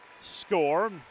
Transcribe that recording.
score